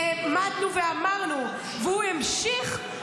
ועמדנו ואמרנו, והוא המשיך.